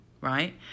right